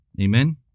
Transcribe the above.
Amen